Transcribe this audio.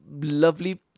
lovely